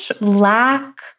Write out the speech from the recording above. lack